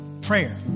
prayer